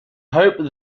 hoped